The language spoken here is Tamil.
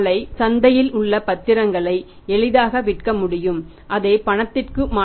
சந்தையில் உள்ள பத்திரங்களை எளிதாக விற்க முடியும் அதை பணத்திற்கு மாற்றலாம்